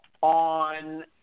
on